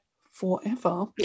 forever